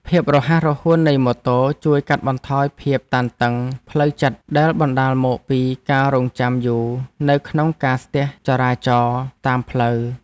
ភាពរហ័សរហួននៃម៉ូតូជួយកាត់បន្ថយភាពតានតឹងផ្លូវចិត្តដែលបណ្ដាលមកពីការរង់ចាំយូរនៅក្នុងការស្ទះចរាចរណ៍តាមផ្លូវ។